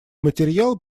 материал